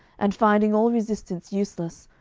and finding all resistance useless,